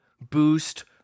Boost